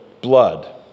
blood